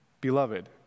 Beloved